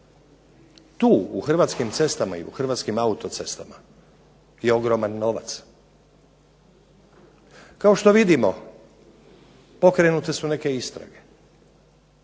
tu u Hrvatskim cestama i u Hrvatskim auto-cestama je ogroman novac. Kao što vidimo pokrenute su neke istrage.